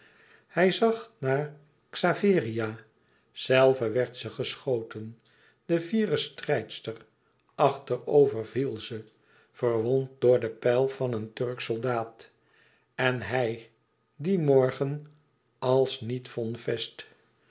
hij zag naar xaveria zelve werd ze geschoten de fiere strijdster achterover viel ze verwond door de pijl van een turksch soldaat en hij dien morgen als niet von fest